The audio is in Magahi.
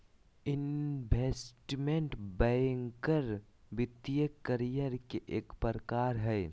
इन्वेस्टमेंट बैंकर वित्तीय करियर के एक प्रकार हय